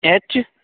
H